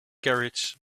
carriage